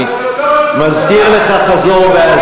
אבל זה